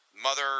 Mother